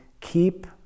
keep